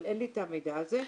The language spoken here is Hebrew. אבל אין לי את המידע הזה.